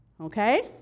Okay